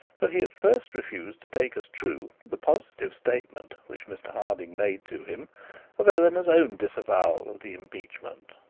that he at first refused to take as true the positive statement which mr harding made to him of eleanor's own disavowal of the impeachment.